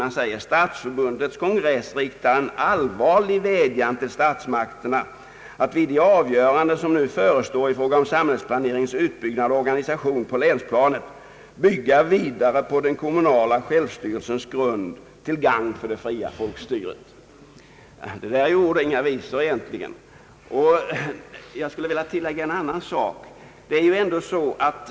Kongressen uttalar: »Stadsförbundets kongress riktar en allvarlig vädjan till statsmakterna att vid de avgöranden som nu förestår i fråga om samhällsplaneringens utbyggnad och organisation på länsplanet, bygga vidare på den kommunala självstyrelsens grund till gagn för det fria folkstyret.» Det är ju ord och inga visor! Jag skulle vilja tillägga en annan sak.